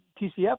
TCF